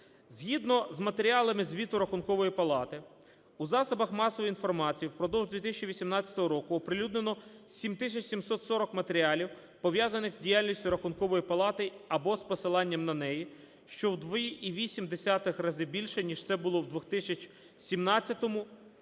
Згідно з матеріалами звіту Рахункової палати у засобах масової інформації впродовж 2018 року оприлюднено 7 тисяч 740 матеріалів, пов'язаних з діяльністю Рахункової палати або з посиланням на неї, що у 2,8 рази більше, ніж це було в 2017-му